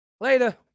Later